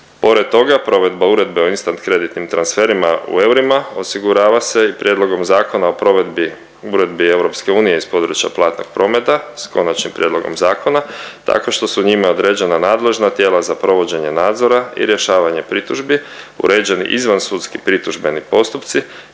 Pored toga provedba Uredbe o instant kreditnim transferima u eurima osigurava se i Prijedlogom Zakona o provedbi uredbi EU iz područja platnog prometa s konačnim prijedlogom zakona tako što su njime određena nadležna tijela za provođenje nadzora i rješavanje pritužbi, uređeni izvansudski pritužbeni postupci